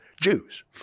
Jews